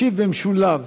ישיב במשולב